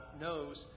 knows